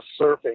surfing